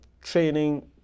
training